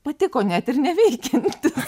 patiko net ir neveikiantis